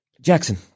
jackson